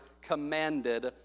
commanded